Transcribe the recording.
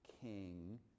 king